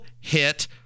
hit